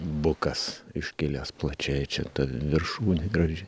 bukas iškilęs plačiai čia ta viršūnė graži